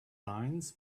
lines